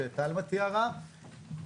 שתלמה תיארה.